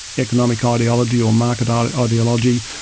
economic ideology or market um ideology,